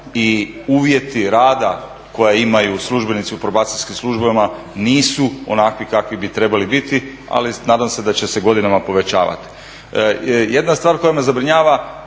I uvjeti rada koje imaju službenici u probacijskim službama nisu onakvi kakvi bi trebali biti. Ali nadam se da će se godinama povećavati. Jedna stvar koja me zabrinjava,